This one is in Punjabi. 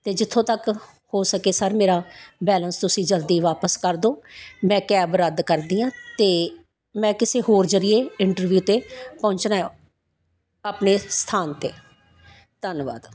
ਅਤੇ ਜਿੱਥੋਂ ਤੱਕ ਹੋ ਸਕੇ ਸਰ ਮੇਰਾ ਬੈਲੇਂਸ ਤੁਸੀਂ ਜਲਦੀ ਵਾਪਿਸ ਕਰ ਦਿਓ ਮੈਂ ਕੈਬ ਰੱਦ ਕਰਦੀ ਹਾਂ ਅਤੇ ਮੈਂ ਕਿਸੇ ਹੋਰ ਜ਼ਰੀਏ ਇੰਟਰਵਿਊ 'ਤੇ ਪਹੁੰਚਣਾ ਹੈ ਆਪਣੇ ਸਥਾਨ 'ਤੇ ਧੰਨਵਾਦ